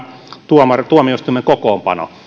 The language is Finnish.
tuomioistuimen kokoonpano